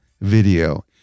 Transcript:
video